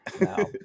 No